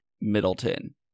Middleton